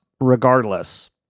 regardless